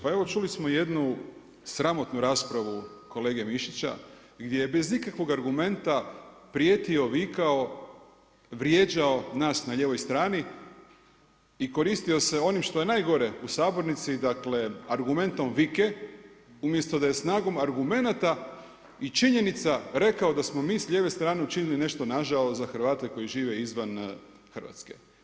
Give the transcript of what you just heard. Pa evo čuli smo i jednu sramotnu raspravu kolege Mišića gdje je bez ikakvog argumenta prijetio, vikao, vrijeđao nas na lijevoj strani i koristio se onim što je najgore u sabornici, dakle argumentom vike umjesto da je snagom argumenata i činjenica rekao da je smo mi s lijeve strane učinili nešto nažao za Hrvate koji žive izvan Hrvatske.